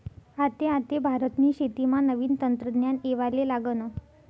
आते आते भारतनी शेतीमा नवीन तंत्रज्ञान येवाले लागनं